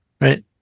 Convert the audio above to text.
right